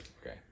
okay